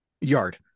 yard